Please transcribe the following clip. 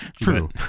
True